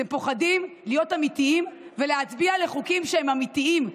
אתם פוחדים להיות אמיתיים ולהצביע לחוקים שהם אמיתיים,